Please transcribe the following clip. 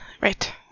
Right